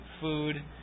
food